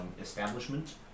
establishment